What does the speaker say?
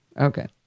Okay